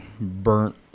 burnt